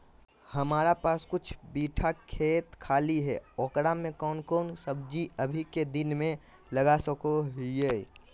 हमारा पास कुछ बिठा खेत खाली है ओकरा में कौन कौन सब्जी अभी के दिन में लगा सको हियय?